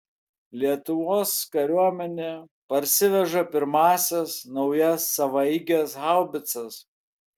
lietuvos kariuomenė parsiveža pirmąsias naujas savaeiges haubicas